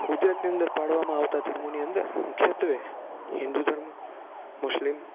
ગુજરાતની અંદર પાળવામાં આવતા ધર્મોની અંદર મુખ્યત્વે હિન્દુ ધર્મ મુસ્લિમ